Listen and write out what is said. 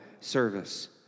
service